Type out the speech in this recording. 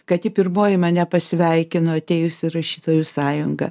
kad ji pirmoji mane pasveikino atėjus į rašytojų sąjungą